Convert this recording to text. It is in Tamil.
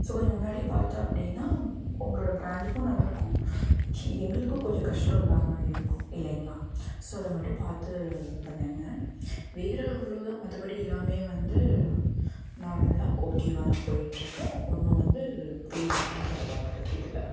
ஸோ கொஞ்சம் முன்னாடியே பார்த்தா அப்படின்னா உங்களோடய ப்ராண்டிங்கும் நல்லாயிருக்கும் ஸி எங்களுக்கும் கொஞ்சம் கஷ்டம் இல்லாமல் இருக்கும் இல்லைங்களா ஸோ இதை மட்டும் பார்த்து பண்ணுங்கள் வேறு அவ்வளோ தான் மற்றபடி எல்லாமே வந்து நார்மலாக ஓகேவாக தான் போய்ட்ருக்கு ஒன்றும் வந்து பெரிய விஷயம் கிடையாது இதில்